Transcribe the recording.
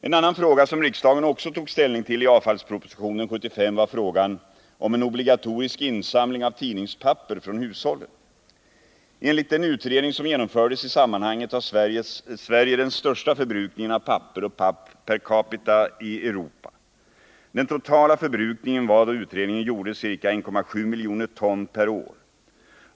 En annan fråga som riksdagen tog ställning till i avfallspropositionen 1975 var frågan om en obligatorisk insamling av tidningspapper från hushållen. Enligt den utredning som genomfördes i sammanhanget har Sverige den - största förbrukningen av papper och papp per capita i Europa. Den totala förbrukningen var då utredningen gjordes ca 1,7 miljoner ton per år.